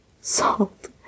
Salt